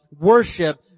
Worship